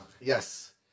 Yes